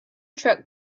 truck